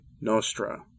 Nostra